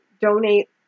donate